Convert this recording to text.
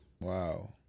Wow